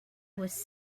was